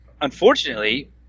Unfortunately